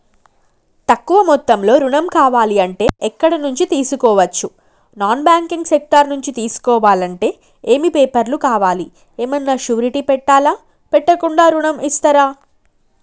తక్కువ మొత్తంలో ఋణం కావాలి అంటే ఎక్కడి నుంచి తీసుకోవచ్చు? నాన్ బ్యాంకింగ్ సెక్టార్ నుంచి తీసుకోవాలంటే ఏమి పేపర్ లు కావాలి? ఏమన్నా షూరిటీ పెట్టాలా? పెట్టకుండా ఋణం ఇస్తరా?